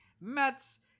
Mets